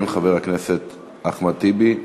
חבר הכנסת זחאלקה.